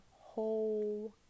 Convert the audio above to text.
whole